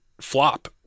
flop